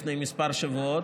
לפני כמה שבועות,